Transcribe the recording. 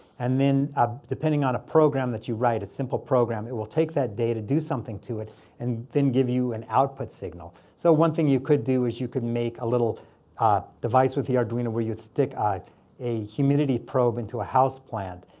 and then depending on a program that you write, a simple program, it will take that data do something to it and then give you an output signal. so one thing you could do is you could make a little device with the arduino where you'd stick a humidity probe into a house plant.